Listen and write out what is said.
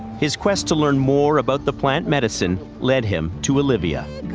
his quest to learn more about the plant medicine led him to olivia.